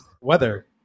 Weather